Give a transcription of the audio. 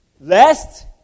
Lest